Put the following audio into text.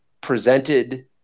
presented